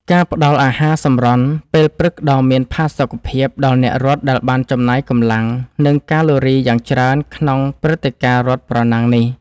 ការផ្ដល់អាហារសម្រន់ពេលព្រឹកដ៏មានផាសុកភាព ដល់អ្នករត់ដែលបានចំណាយកម្លាំង និងកាឡូរីយ៉ាងច្រើនក្នុងព្រឹត្តិការណ៍រត់ប្រណាំងនេះ។